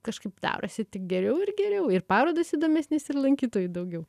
kažkaip darosi tik geriau ir geriau ir parodos įdomesnės ir lankytojų daugiau